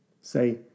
Say